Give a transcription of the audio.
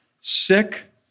sick